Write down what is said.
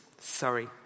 Sorry